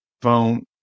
phone